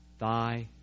thy